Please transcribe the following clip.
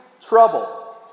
trouble